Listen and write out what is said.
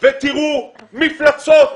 ותראו מפלצות,